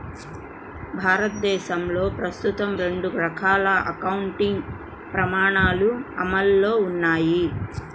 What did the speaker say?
భారతదేశంలో ప్రస్తుతం రెండు రకాల అకౌంటింగ్ ప్రమాణాలు అమల్లో ఉన్నాయి